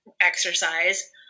exercise